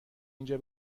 اینجا